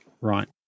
Right